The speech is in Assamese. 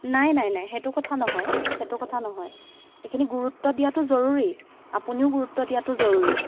নাই নাই নাই সেইটো কথা নহয় সেইটো কথা নহয় এইখিনি গুৰুত্ব দিয়াতো জৰুৰী আপুনিও গুৰুত্ব দিয়াতো জৰুৰী